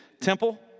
temple